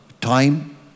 Time